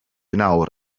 nawr